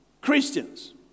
Christians